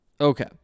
Okay